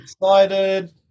Excited